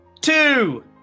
two